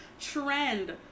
trend